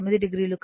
9 o